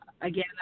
again